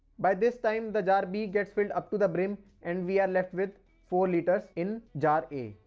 by this time, the jar b gets filled upto the brim and we are left with four litres in jar a,